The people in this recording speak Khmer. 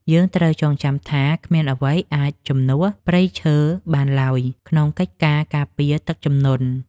យើងត្រូវចងចាំថាគ្មានអ្វីអាចជំនួសព្រៃឈើបានឡើយក្នុងកិច្ចការការពារទឹកជំនន់។